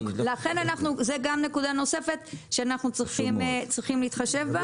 זו גם נקודה נוספת שאנחנו צריכים להתחשב בה.